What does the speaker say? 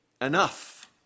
enough